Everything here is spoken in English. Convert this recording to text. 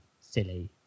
silly